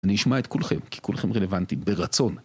אני אשמע את כולכם, כי כולכם רלוונטיים ברצון.